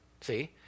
See